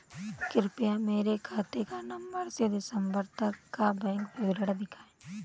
कृपया मेरे खाते का नवम्बर से दिसम्बर तक का बैंक विवरण दिखाएं?